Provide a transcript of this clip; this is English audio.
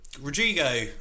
Rodrigo